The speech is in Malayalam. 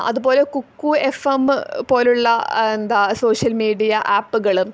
അതുപോലെ കുക്കു എഫ് മ്മ് പോലുള്ള എന്താ സോഷ്യൽ മീഡിയ ആപ്പ്കൾ